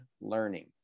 learning